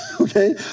okay